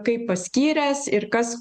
kaip paskyręs ir kas